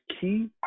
key